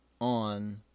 on